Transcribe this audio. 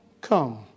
come